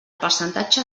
percentatge